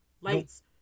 lights